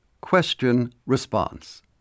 Question-Response